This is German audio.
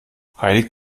heiligt